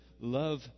love